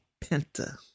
Penta